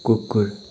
कुकुर